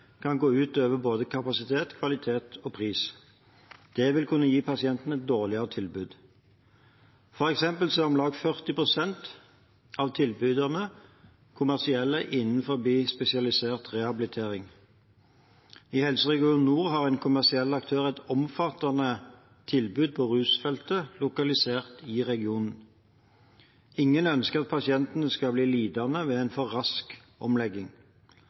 kan gå ut over både kapasitet, kvalitet og pris. Det vil kunne gi pasientene et dårligere tilbud. For eksempel er om lag 40 pst. av tilbyderne innen spesialisert rehabilitering kommersielle. I Helse Nord RHF har en kommersiell aktør lokalisert i regionen et omfattende tilbud på rusfeltet. Ingen ønsker at pasientene skal bli lidende ved en for rask omlegging,